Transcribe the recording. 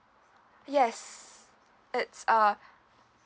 yes it's uh